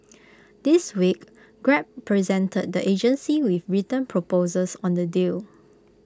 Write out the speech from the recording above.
this week grab presented the agency with written proposals on the deal